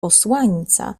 posłańca